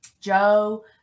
joe